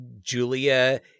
Julia